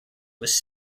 was